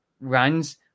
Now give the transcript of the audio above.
runs